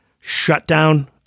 shutdown